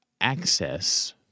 access